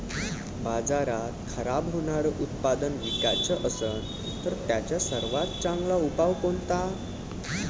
बाजारात खराब होनारं उत्पादन विकाच असन तर त्याचा सर्वात चांगला उपाव कोनता?